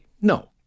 No